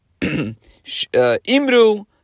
Imru